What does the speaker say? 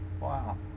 Wow